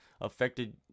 affected